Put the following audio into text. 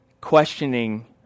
questioning